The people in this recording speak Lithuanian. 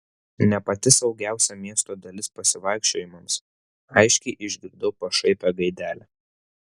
ne pati saugiausia miesto dalis pasivaikščiojimams aiškiai išgirdau pašaipią gaidelę